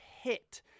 hit